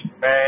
man